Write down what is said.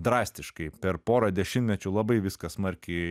drastiškai per porą dešimtmečių labai viskas smarkiai